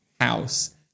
house